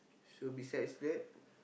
so besides that